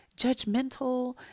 judgmental